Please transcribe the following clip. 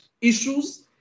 issues